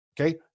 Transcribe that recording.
Okay